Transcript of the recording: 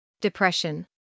depression